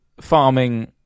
Farming